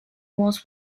was